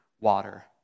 water